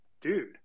dude